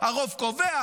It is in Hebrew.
הרוב קובע,